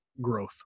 growth